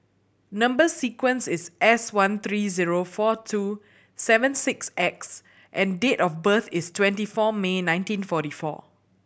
number sequence is S one three zero four two seven six X and date of birth is twenty four May nineteen forty four